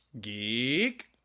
geek